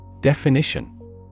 Definition